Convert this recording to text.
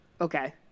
Okay